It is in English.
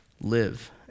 live